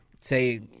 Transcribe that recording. say